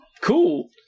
cool